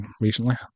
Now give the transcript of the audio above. recently